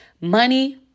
money